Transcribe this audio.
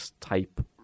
type